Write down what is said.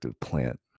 plant